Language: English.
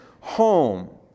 home